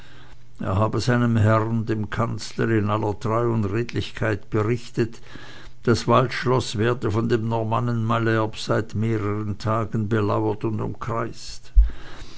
er habe seinem herrn dem kanzler in aller treu und redlichkeit berichtet das waldschloß werde von dem normannen malherbe seit mehreren tagen belauert und umkreist